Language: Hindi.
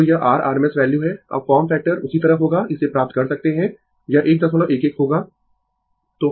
तो यह r RMS वैल्यू है अब फॉर्म फैक्टर उसी तरह होगा इसे प्राप्त कर सकते है यह 111 होगा